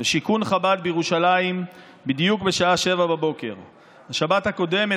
בירושלים בדיוק בשעה 07:00. בשבת הקודמת